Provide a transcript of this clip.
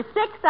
six